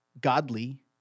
godly